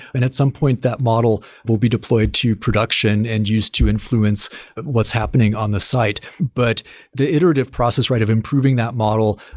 and at some point, that model will be deployed to production and used to influence what's happening on the site. but the iterative process of improving that model,